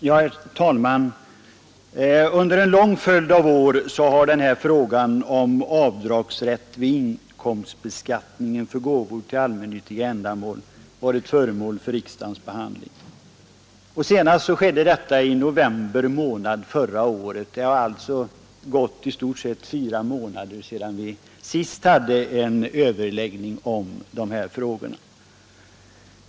Herr talman! Under en lång följd av år har frågan om avdragsrätt vid inkomstbeskattningen för gåvor till allmännyttiga ändamål varit föremål för riksdagens behandling. Senast skedde detta i november förra året. Det har alltså gått i stort sett fyra månader sedan vi sist hade en överläggning om dessa frågor.